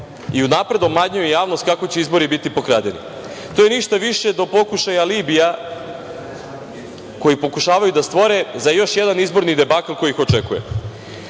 i unapred obmanjuju javnost kako će izbori biti pokradeni. To je ništa više do pokušaja alibija koji pokušavaju da stvore za još jedan izborni debakl koji ih očekuje. Vi